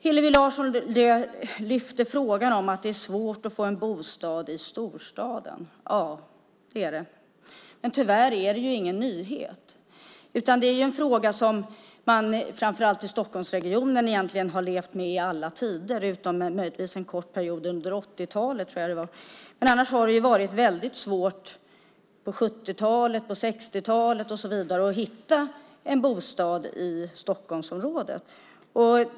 Hillevi Larsson tar upp att det är svårt att få en bostad i storstäderna. Ja, det är det. Men tyvärr är detta ingen nyhet. Det är en fråga som man har levt med i alla tider, framför allt i Stockholmsregionen, utom möjligtvis en kort period under 1980-talet. Annars har det varit väldigt svårt att hitta en bostad i Stockholmsområdet under till exempel 1960 och 1970-talen.